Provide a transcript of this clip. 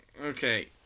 Okay